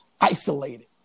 isolated